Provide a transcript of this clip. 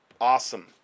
awesome